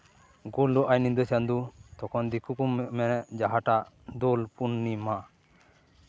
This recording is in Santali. ᱜᱳᱞᱳᱜ ᱟᱭ ᱧᱤᱫᱟᱹ ᱪᱟᱸᱫᱳ ᱛᱚᱠᱷᱚᱱ ᱫᱤᱠᱩ ᱢᱮᱱᱟ ᱡᱟᱦᱟᱸᱴᱟᱜ ᱫᱳᱞ ᱯᱩᱨᱱᱤᱢᱟ